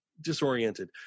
disoriented